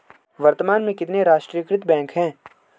वर्तमान में कितने राष्ट्रीयकृत बैंक है?